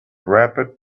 rapid